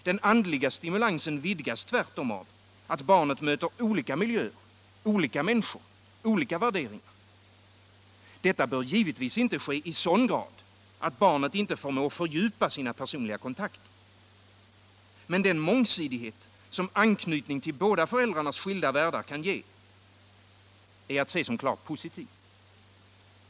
Den andliga stimulansen vidgas tvärtom av att barnet möter olika miljöer, olika människor, olika värderingar. Detta bör givetvis inte ske i sådan grad att barnet inte förmår fördjupa sina personliga kontakter. Men den mångsidighet som anknytning till båda föräldrarnas skilda världar kan ge är att se som klart positiv.